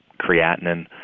creatinine